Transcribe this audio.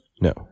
no